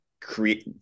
create